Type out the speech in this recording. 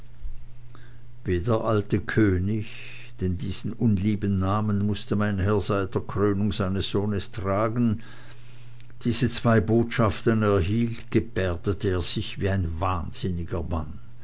der alte könig denn diesen unlieben namen mußte mein herr seit der krönung seines sohnes tragen diese zwei botschaften erhielt gebärdete er sich wie ein wahnsinniger mann